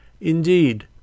Indeed